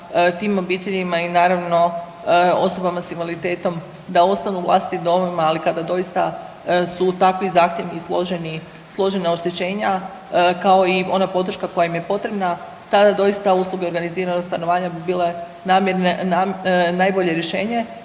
tim obiteljima i naravno osobama s invaliditetom da ostanu u vlastitim domovima ali kada doista su takvi zahtjevi i složeni, složena oštećenja kao i ona podrška koja im je potrebna tada doista usluge organiziranog stanovanja bi bile najbolje rješenje,